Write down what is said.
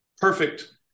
perfect